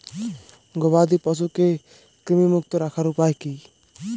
গবাদি পশুকে কৃমিমুক্ত রাখার উপায় কী?